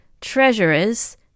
treasurers